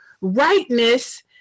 rightness